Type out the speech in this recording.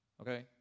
Okay